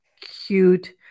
cute